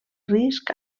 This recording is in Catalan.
risc